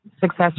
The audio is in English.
success